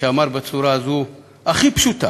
שאמר בצורה הזאת, הכי פשוטה,